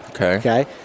Okay